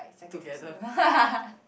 like secondary school